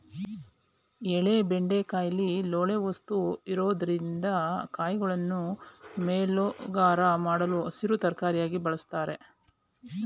ಎಳೆ ಬೆಂಡೆಕಾಯಿಲಿ ಲೋಳೆ ವಸ್ತು ಇರೊದ್ರಿಂದ ಕಾಯಿಗಳನ್ನು ಮೇಲೋಗರ ಮಾಡಲು ಹಸಿರು ತರಕಾರಿಯಾಗಿ ಬಳುಸ್ತಾರೆ